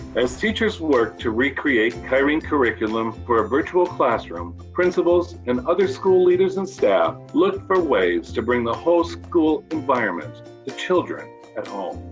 as teachers work to recreate kyrene curriculum for a virtual classroom, principals and other school leaders and staff look for ways to bring the whole school environment to children at home.